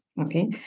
Okay